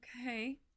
okay